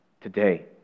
today